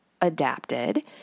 adapted